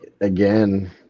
again